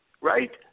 right